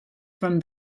from